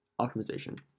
optimization